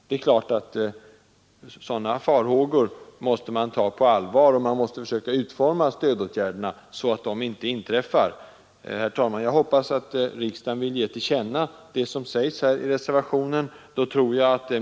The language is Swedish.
Det är klart att man måste ta sådana farhågor på allvar och försöka utforma stödåtgärderna så att de inte blir verklighet. Herr talman! Jag hoppas att riksdagen vill ge till känna vad som sägs i reservationen.